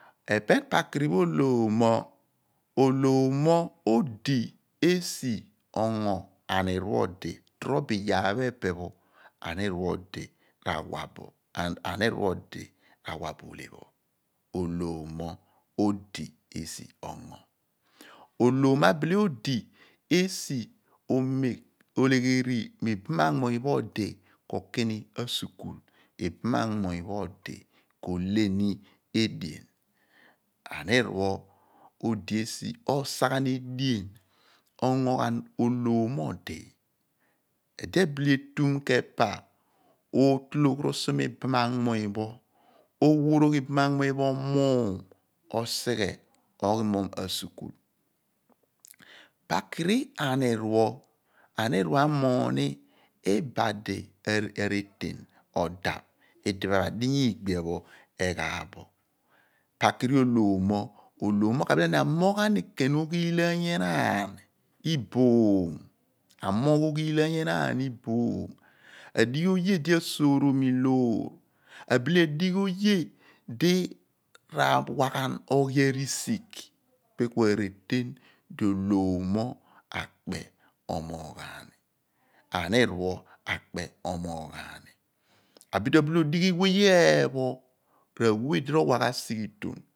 Epe apakiri pho olom mo ohlom mo odi esi ongo ghan anir pho odi tor obo iyaar pho epe pho anir pho odi r'awa bo and anir pho odi r'awa bo ohle pho olhom odi esi ongo olhom bile odi esi olegheri mo ibaman muny pho abidi kokini askul ibamanmuny pho odi k'ole ni edien anir pho odi esi osaghan edien ongo ghan olhom mo odi edi ebile etum pa ootologh rusuma ibamanmuny pho r'owurogh ibananmuny pho muum osi ghe oghi mom asukui pakiri anir pho anir pho amoogh ni ibadi areten odaph idipho adinya iigbia eghaaph bo pakiri olhom odi ka bile ken amoogh oghilaany enaan iboom adighi oye di aso orom loor iboom abile adighe oye di ra wa ghan oghirisigh ipe pho ku areten di olhom mo akpe oomoogh ani anir pho akpe oomoogh aani bal obile odighe we eepho r'awe di ro/wa ghan sighiton